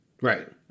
Right